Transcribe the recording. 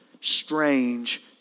strange